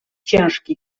ciężki